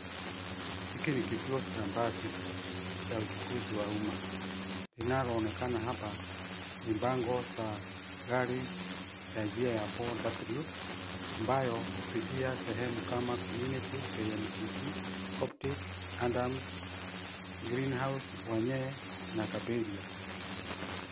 Hiki ni kituo cha basi cha uchukuzi wa umma. Linaloonekana hapa, ni bango za gari ya njia ya 4W ambayo hupitia sehemu kama Community, KMTC, Coptic, Adams, Green House, Wanyee na Kabiria.